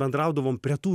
bendraudavom prie tų